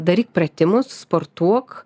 daryk pratimus sportuok